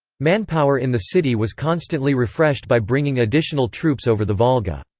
manpower in the city was constantly refreshed by bringing additional troops over the volga.